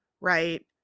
right